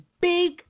big